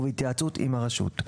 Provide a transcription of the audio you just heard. ובהתייעצות עם הרשות,